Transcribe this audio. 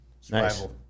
Survival